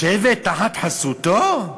לשבת תחת חסותו?